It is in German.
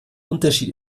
unterschied